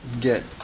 get